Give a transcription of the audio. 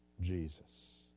Jesus